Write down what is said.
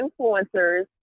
influencers